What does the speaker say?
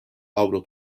avro